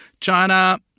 China